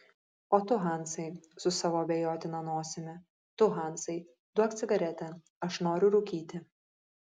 o tu hansai su savo abejotina nosimi tu hansai duok cigaretę aš noriu rūkyti